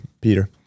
Peter